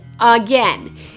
again